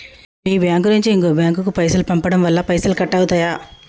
మీ bank నుంచి ఇంకో bank కు పైసలు పంపడం వల్ల పైసలు కట్ అవుతయా?